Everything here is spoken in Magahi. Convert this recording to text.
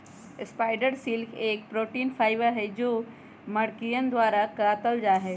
स्पाइडर सिल्क एक प्रोटीन फाइबर हई जो मकड़ियन द्वारा कातल जाहई